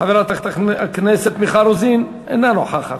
חברת הכנסת מיכל רוזין, אינה נוכחת.